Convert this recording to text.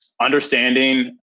understanding